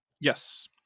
Yes